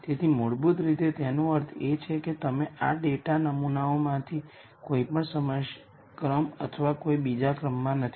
તેથી મૂળભૂત રીતે તેનો અર્થ એ છે કે તમે આ ડેટા નમૂનાઓમાંથી કોઈપણ સમય ક્રમ અથવા કોઈ બીજા ક્રમમાં નથી